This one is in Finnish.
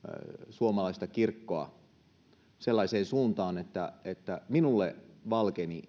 suomalaista kirkkoa sellaiseen suuntaan että että minulle valkeni